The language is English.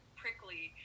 prickly